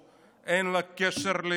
אין לה קשר לימין,